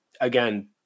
again